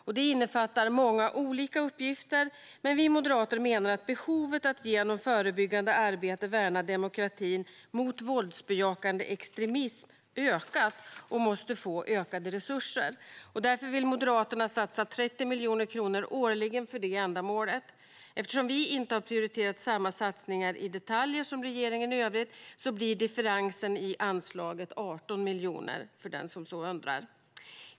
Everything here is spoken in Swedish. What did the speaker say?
Detta innefattar många olika uppgifter, men vi moderater menar att behovet av att genom förebyggande arbete värna demokratin mot våldsbejakande extremism har ökat och måste få ökade resurser. Därför vill Moderaterna satsa 30 miljoner kronor årligen för det ändamålet. Eftersom vi i övrigt inte har prioriterat samma satsningar som regeringen i detalj blir differensen i anslaget 18 miljoner, för den som undrar.